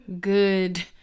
good